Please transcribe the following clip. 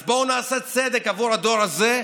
אז בואו נעשה צדק עבור הדור הזה,